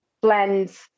blends